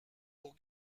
pour